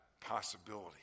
possibility